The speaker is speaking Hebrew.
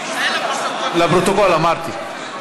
חמד, תציין לפרוטוקול, לפרוטוקול, אמרתי.